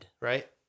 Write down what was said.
right